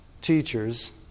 teachers